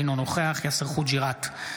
אינו נוכח יאסר חוג'יראת,